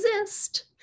exist